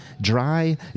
Dry